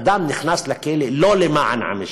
אדם נכנס לכלא לא למען ענישה,